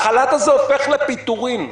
החל"ת הזה הופך לפיטורים,